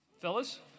Fellas